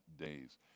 days